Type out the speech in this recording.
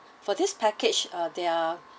for this package uh there are